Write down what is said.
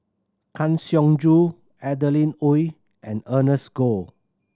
Kang Siong Joo Adeline Ooi and Ernest Goh